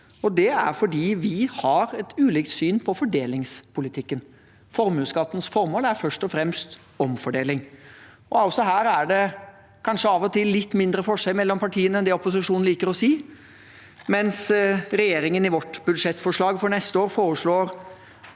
Det er fordi vi har et ulikt syn på fordelingspolitikken. Formuesskattens formål er først og fremst omfordeling. Også her er det kanskje av og til litt mindre forskjell mellom partiene enn det opposisjonen liker å si. Mens regjeringen i vårt budsjettforslag for neste år foreslår